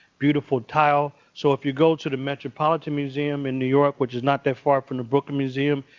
beautiful tile. so if you go to the metropolitan museum in new york, which is not that far from the brooklyn museum,